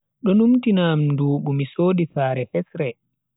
Do numtina am ndubu mi sodi sare hesre.